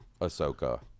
Ahsoka